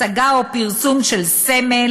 הצגה או פרסום של סמל,